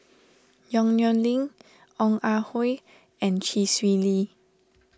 Yong Nyuk Lin Ong Ah Hoi and Chee Swee Lee